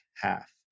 half